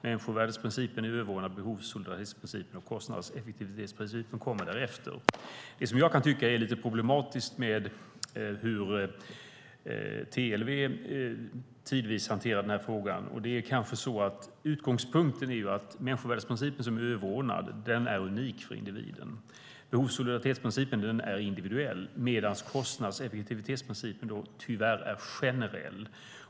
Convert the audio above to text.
Människovärdesprincipen är överordnad behovs och solidaritetsprincipen, och kostnadseffektivitetsprincipen kommer därefter. Det finns något som jag kan tycka är lite problematiskt med hur TLV tidvis hanterar den här frågan. Det är kanske så att utgångspunkten är att människovärdesprincipen, som är överordnad, är unik för individen. Behovs och solidaritetsprincipen är individuell, medan kostnadseffektivitetsprincipen tyvärr är generell.